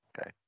Okay